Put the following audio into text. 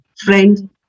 Friend